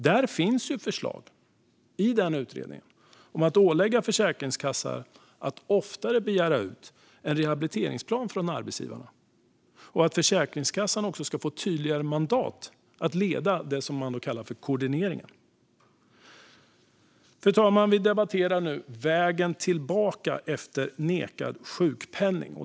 Där finns förslag om att ålägga Försäkringskassan att oftare begära ut en rehabiliteringsplan från arbetsgivare och att Försäkringskassan ska få ett tydligare mandat att leda det man kallar koordineringen. Fru talman! Vi debatterar nu vägen tillbaka efter nekad sjukpenning.